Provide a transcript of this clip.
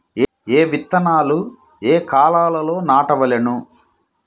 ఏ విత్తనాలు ఏ కాలాలలో నాటవలెను?